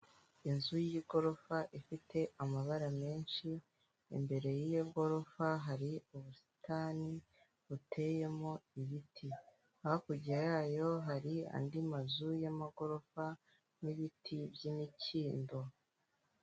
Inzu y'igorofa ifite amabara menshi, imbere y'iyo gorofa hari ubusitani buteyemo ibiti. Hakurya yayo hari andi mazu y'amagorofa n'ibiti by'imikindo.